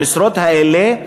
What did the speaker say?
המשרות האלה,